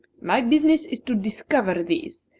my business is to discover these,